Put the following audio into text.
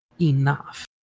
enough